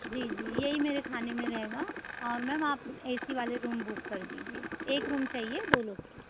जी जी यही मेरे खाने में रहेगा और मेम आप ए सी वाले रूम बुक कर दीजिये एक रूम चाहिए दो लोग के